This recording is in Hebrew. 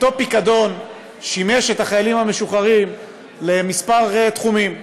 אותו פיקדון שימש את החיילים המשוחררים לכמה תחומים,